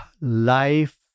life